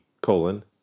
colon